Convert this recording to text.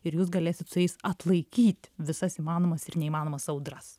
ir jūs galėsit su jais atlaikyt visas įmanomas ir neįmanomas audras